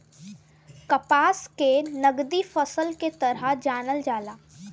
कपास के नगदी फसल के तरह जानल जाला